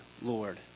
Lord